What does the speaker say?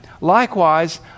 Likewise